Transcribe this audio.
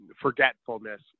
forgetfulness